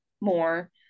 more